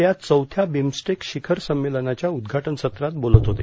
ते आज चौथ्या बिमस्टेक शिखर सम्मेलनाच्या उद्घाटन सत्रात बोलत होते